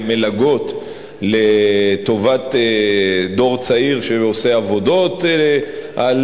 למלגות לטובת דור צעיר שעושה עבודות על